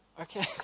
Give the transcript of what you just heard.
okay